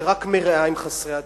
שרק מרעה עם חסרי הדת,